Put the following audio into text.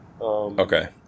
okay